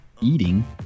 eating